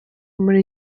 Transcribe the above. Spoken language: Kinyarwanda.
muri